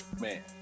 man